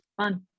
fun